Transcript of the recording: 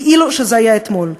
כאילו זה היה אתמול.